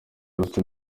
rufite